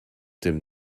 dem